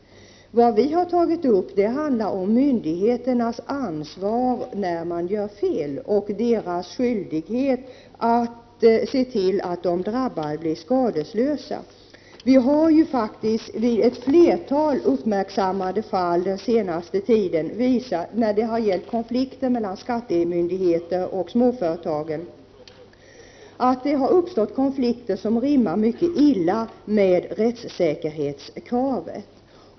Vi i folkpartiet har tagit upp myndigheternas ansvar när de handlar fel och deras skyldighet att se till att de drabbade blir skadeslösa. Det har visat sig i ett flertal uppmärksammade fall den senaste tiden att det mellan skattemyndigheter och småföretag har uppstått konflikter som rimmar mycket illa med rättssäkerhetskravet.